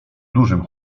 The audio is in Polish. dużym